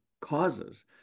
causes